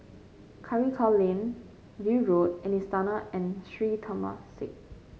Karikal Lane View Road and Istana and Sri Temasek